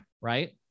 right